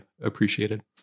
appreciated